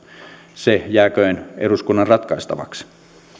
jääköön eduskunnan ratkaistavaksi